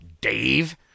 Dave